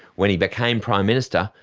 when he became prime minister,